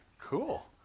Cool